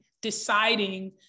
deciding